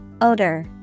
Odor